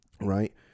right